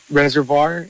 reservoir